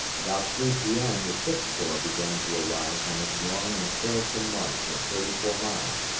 about three p m. the sixth corps began to arrive from its long and toilsome march of thirty-four miles,